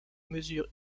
mesure